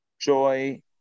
Joy